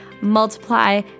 multiply